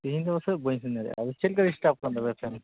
ᱛᱤᱦᱤᱧ ᱫᱚ ᱯᱟᱥᱮᱡ ᱵᱟᱹᱧ ᱥᱮᱱ ᱫᱟᱲᱮᱭᱟᱜᱼᱟ ᱪᱮᱫ ᱞᱮᱠᱟ ᱰᱤᱥᱴᱟᱵᱽ ᱟᱠᱟᱱ ᱛᱟᱯᱮ ᱛᱮ